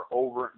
over